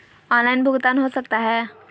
Online भुगतान हो सकता है?